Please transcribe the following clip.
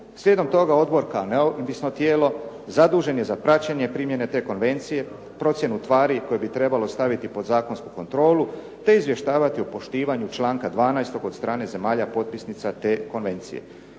Slijedom toga Odbor kao neovisno tijelo zadužen je za praćenje primjene te konvencije, procjenu tvari koje bi trebalo staviti pod zakonsku kontrolu te izvještavati o poštivanju članka 12-og od strane zemalja potpisnica te konvencije.